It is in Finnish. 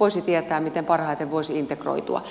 voisi tietää miten parhaiten voisi integroitua